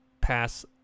Pass